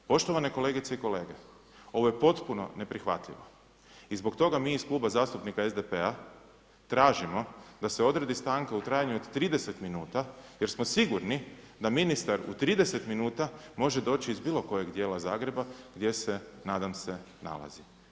Poštovane kolegice i kolege, ovo je potpuno neprihvatljivo i zbog toga mi iz Kluba zastupnika SDP-a, tražimo da se odredi stanka u trajanju od 30 minuta, jer smo sigurni da ministar u 30 minuta može doći iz bilo kojeg dijela Zagreba, gdje se nadam se nalazi.